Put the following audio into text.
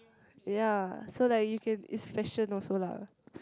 ya so like you can it's fashion also lah